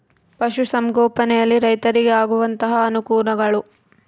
ಪಶುಸಂಗೋಪನೆಯಲ್ಲಿ ರೈತರಿಗೆ ಆಗುವಂತಹ ಅನುಕೂಲಗಳು?